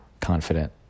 confident